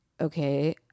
okay